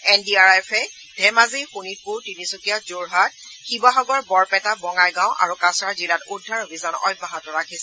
N D R এফে ধেমাজি শোণিতপুৰ তিনিচুকীয়া যোৰহাট শিৱসাগৰ বৰপেটা বঙাইগাঁও আৰু কাছাৰ জিলাত উদ্ধাৰ অভিযান অব্যাহত ৰাখিছে